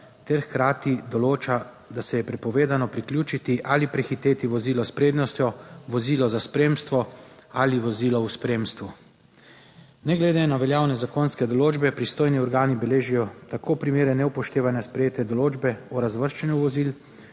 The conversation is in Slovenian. ter hkrati določa, da se je prepovedano priključiti ali prehiteti vozilo s prednostjo, vozilo za spremstvo ali vozilo v spremstvu. Ne glede na veljavne zakonske določbe pristojni organi beležijo tako primere neupoštevanja sprejete določbe o razvrščanju vozil